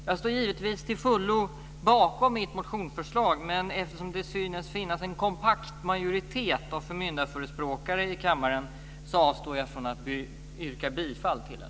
Jag står givetvis till fullo bakom mitt motionsförslag, men eftersom det synes finnas en kompakt majoritet av förmyndarförespråkare i kammaren avstår jag från att yrka bifall till den.